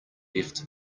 left